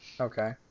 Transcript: Okay